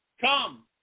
Come